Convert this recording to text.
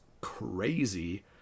crazy